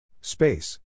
Space